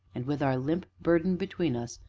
and, with our limp burden between us,